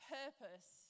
purpose